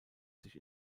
sich